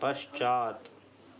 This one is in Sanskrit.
पश्चात्